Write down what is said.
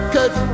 Cause